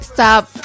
Stop